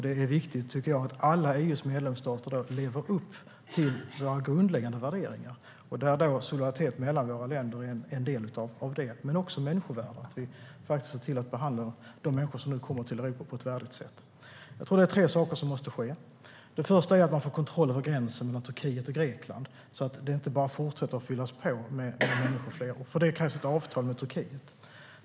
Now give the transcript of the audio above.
Det är viktigt att alla EU:s medlemsstater lever upp till våra grundläggande värderingar. Solidaritet mellan våra länder är en del av det men också människovärde och att vi ser till att behandla de människor som nu kommer till Europa på ett värdigt sätt. Jag tror att det är tre saker som måste ske. Det första är att man får kontroll över gränsen mellan Turkiet och Grekland så att det inte bara fortsätter att fyllas på med människor som flyr. För det krävs ett avtal med Turkiet.